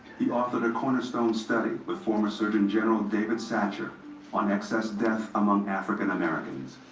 he authored a cornerstone study with former surgeon general david satcher on excess death among african americans.